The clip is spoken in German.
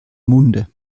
munde